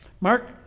mark